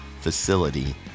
facility